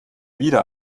wieder